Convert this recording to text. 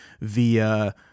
via